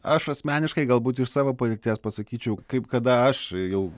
aš asmeniškai galbūt iš savo padėties pasakyčiau kaip kada aš jau